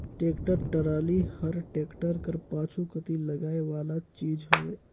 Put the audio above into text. tractor trolley हर tractor कर पाछू कती लगाए वाला चीज हवे